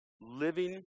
living